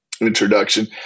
introduction